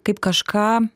kaip kažką